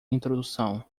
introdução